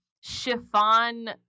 chiffon